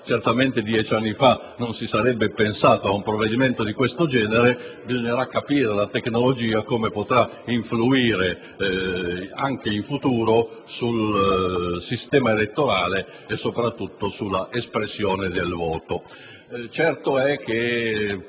Certamente dieci anni fa non si sarebbe pensato ad un provvedimento di questo genere. Bisognerà capire come la tecnologia potrà influire, anche in futuro, sul sistema elettorale e soprattutto sull'espressione del voto.